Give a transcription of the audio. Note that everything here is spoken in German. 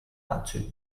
anzügen